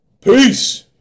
peace